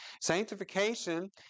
Sanctification